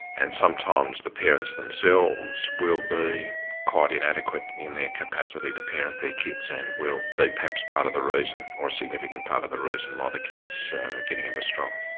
and sometimes the parents themselves will be quite inadequate in their capacity to parent their kids and will be perhaps part of the reason or significant part of the reason why the kid's getting into strife.